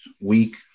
week